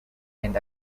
and